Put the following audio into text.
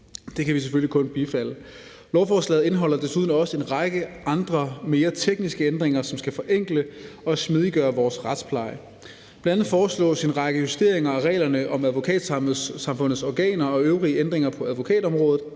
Det kan vi selvfølgelig kun bifalde. Lovforslaget indeholder desuden en række andre mere tekniske ændringer, som skal forenkle og smidiggøre vores retspleje. Bl.a. foreslås der en række justeringer af reglerne om Advokatsamfundets organer og øvrige ændringer på advokatområdet,